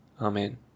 Amen